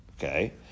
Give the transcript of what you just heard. Okay